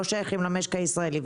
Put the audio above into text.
לא שייכים למשק הישראלי.